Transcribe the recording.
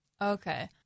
Okay